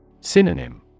Synonym